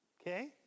Okay